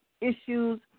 issues